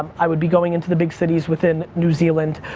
i would be going into the big cities within new zealand,